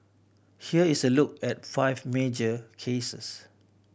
here is a look at five major cases